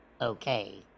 Okay